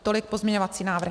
Tolik pozměňovací návrhy.